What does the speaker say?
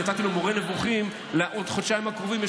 אני נתתי לו מורה נבוכים לחודשיים הקרובים.